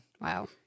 wow